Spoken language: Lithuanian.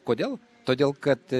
kodėl todėl kad